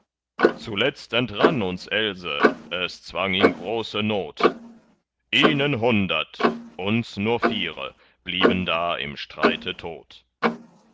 zuletzt entrann uns else es zwang ihn große not ihnen hundert uns nur viere blieben da im streite tot